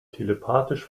telepathisch